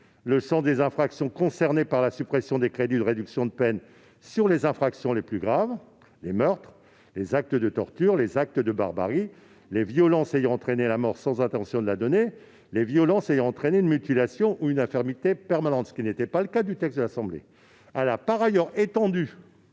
le champ des infractions concernées par la suppression des crédits sur les infractions les plus graves : meurtres, actes de torture, actes de barbarie, violences ayant entraîné la mort sans intention de la donner, violences ayant entraîné une mutilation ou une infirmité permanente, ce qui n'était pas le cas dans le texte de l'Assemblée